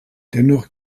dennoch